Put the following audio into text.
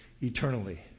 eternally